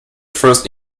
first